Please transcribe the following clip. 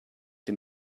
dem